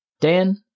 Dan